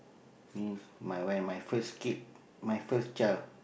means my wife my first kid my first child